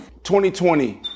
2020